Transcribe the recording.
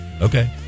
Okay